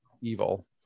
evil